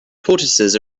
tortoises